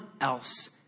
else